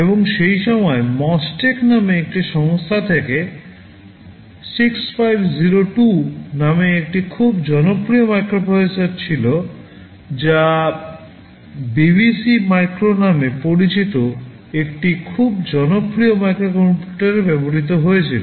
এবং সেই সময়ে Mostek নামে একটি সংস্থা থেকে 6502 নামে একটি খুব জনপ্রিয় মাইক্রোপ্রসেসর ছিল যা BBC মাইক্রো নামে পরিচিত একটি খুব জনপ্রিয় মাইক্রো কম্পিউটারে ব্যবহৃত হয়েছিল